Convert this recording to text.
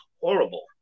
horrible